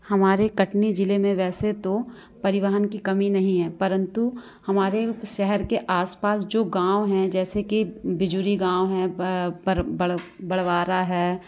हमारे कटनी ज़िले में वैसे तो परिवहन की कमी नहीं है परंतु हमारे शहर के आस पास जो गाँव है जैसे कि बिजुरी गाँव है बड़वारा है